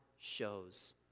shows